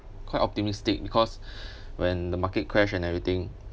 quite optimistic because when the market crash and everything